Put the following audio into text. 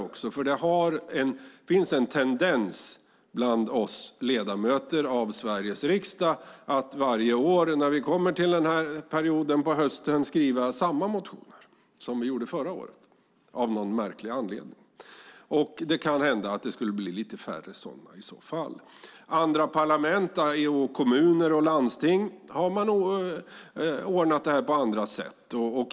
Bland oss ledamöter av Sveriges riksdag finns det av någon märklig anledning en tendens att varje år under motionsperioden på hösten skriva samma motioner som föregående år. Det kan hända att det med en ändring skulle bli lite färre sådana. I kommuner och landsting har man ordnat detta på annat sätt.